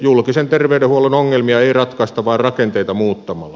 julkisen terveydenhuollon ongelmia ei ratkaista vain rakenteita muuttamalla